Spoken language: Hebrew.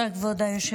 תודה, כבוד היושב-ראש.